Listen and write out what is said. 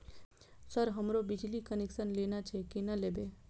Sir हमरो बिजली connection लेना छे केना लेबे?